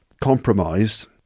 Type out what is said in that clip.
Compromised